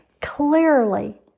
clearly